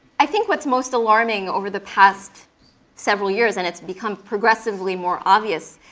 i think what's most alarming over the past several years, and it's become progressively more obvious,